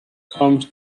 comes